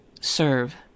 serve